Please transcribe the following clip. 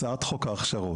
הצעת חוק ההכשרות.